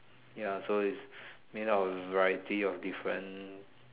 ya so it's made out of a variety of different